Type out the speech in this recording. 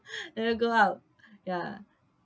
never go out ya